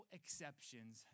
exceptions